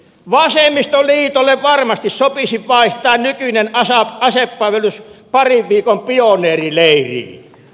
vasemmistoliitolle varmasti sopisi vaihtaa nykyinen asepalvelus parin viikon pioneerileiriin